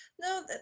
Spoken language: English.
No